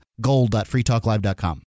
gold.freetalklive.com